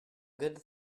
good